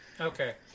okay